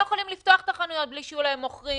יכולים לפתוח את החנויות בלי שיהיו להם מוכרים